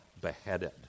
beheaded